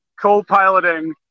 co-piloting